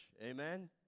Amen